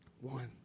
One